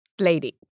lady